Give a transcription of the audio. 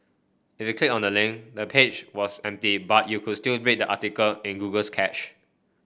if you click on the link the page was empty but you could still read the article in Google's cache